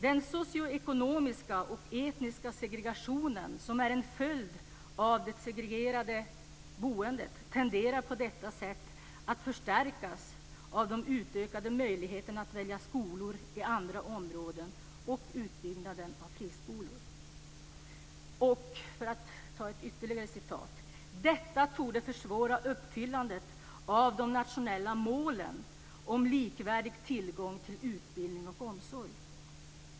Den socioekonomiska och etniska segregationen som är en följd av det segregerade boendet tenderar på detta sätt att förstärkas av de utökade möjligheterna att välja skolor i andra områden och utbyggnaden av friskolor. Av ett ytterligare exempel framgår att detta torde försvåra uppfyllandet av de nationella målen om likvärdig tillgång till utbildning och omsorg.